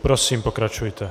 Prosím, pokračujte.